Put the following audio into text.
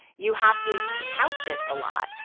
you have to to couch it a lot.